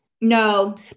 No